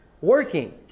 Working